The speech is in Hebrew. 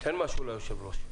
תן משהו ליושב-ראש.